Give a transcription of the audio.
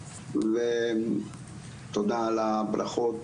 תודה על הברכות.